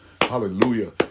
Hallelujah